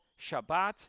Shabbat